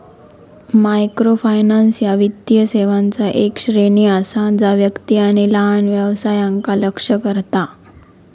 microfinance ह्या वित्तीय सेवांचा येक श्रेणी असा जा व्यक्ती आणि लहान व्यवसायांका लक्ष्य करता